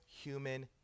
human